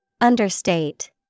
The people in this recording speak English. Understate